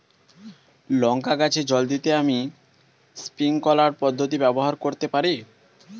লঙ্কা গাছে জল দিতে আমি স্প্রিংকলার পদ্ধতি ব্যবহার করতে পারি?